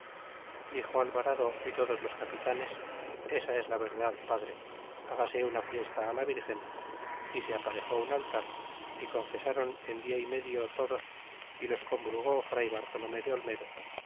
dixo alvarado y todos los capitanes esa es la verdad padre bagase una fiesta la virgen y se aparejó un altar fi confesron en dia y medio todos y los comulgó fray bartolome de olmedo